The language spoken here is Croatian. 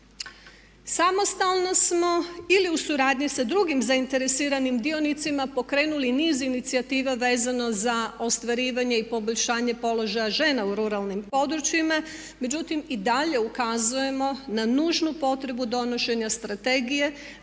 Samostalno smo ili u suradnji sa drugim zainteresiranim dionicima pokrenuli niz inicijativa vezano za ostvarivanje i poboljšanje položaja žena u ruralnim područjima, međutim i dalje ukazujemo na nužnu potrebu donošenja strategije